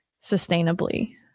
sustainably